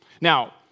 now